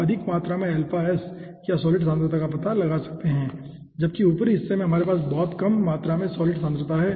आप अधिक मात्रा में अल्फा s या सॉलिड सांद्रता का पता लगा सकते हैं जबकि ऊपरी हिस्से में हमारे पास बहुत कम मात्रा में सॉलिड सांद्रता है